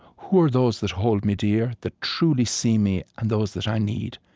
who are those that hold me dear, that truly see me, and those that i need?